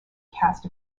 cast